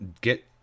get